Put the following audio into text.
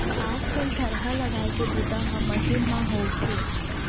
आज कल थरहा लगाए के बूता ह मसीन म होवथे